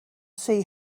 see